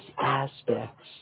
aspects